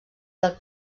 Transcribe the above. del